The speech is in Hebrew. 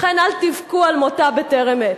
לכן אל תבכו על מותה בטרם עת.